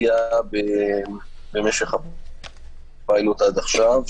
במשך הפיילוט עד עכשיו: